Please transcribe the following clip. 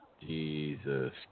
Jesus